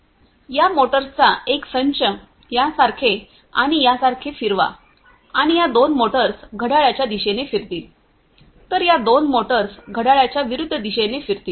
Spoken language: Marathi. या मोटर्सचा एक संच यासारखे आणि यासारखे फिरवा आणि या दोन मोटर्स घड्याळाच्या दिशेने फिरतील तर या दोन मोटर्स घड्याळाच्या विरुद्ध दिशेने फिरतील